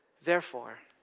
therefore